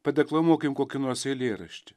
padeklamuokim kokį nors eilėraštį